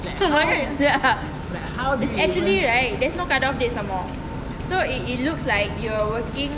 what is actually right there is no cut off date some more so it it's look like you're working